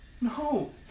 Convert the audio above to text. no